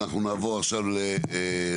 ואנחנו נעבור עכשיו להסתייגויות